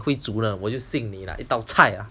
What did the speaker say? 会煮我就信你一道菜啊